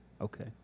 okay